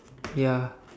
ya